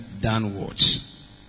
downwards